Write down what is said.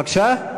בבקשה?